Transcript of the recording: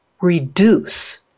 reduce